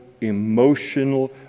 emotional